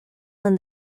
when